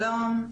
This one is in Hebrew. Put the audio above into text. שלום.